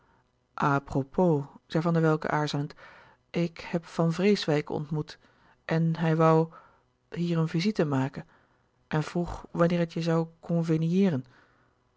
apropos zei van der welcke aarzelend ik heb van vreeswijk ontmoet en hij woû hier een visite maken en vroeg wanneer het je zoû